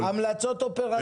אמרת, המלצות אופרטיביות.